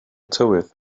tywydd